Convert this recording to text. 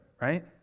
right